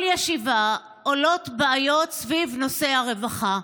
כל ישיבה עולות בעיות סביב נושא הרווחה.